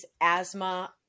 asthma